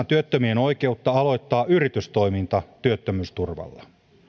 työttömien oikeutta aloittaa yritystoiminta työttömyysturvalla